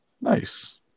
Nice